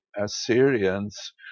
Assyrians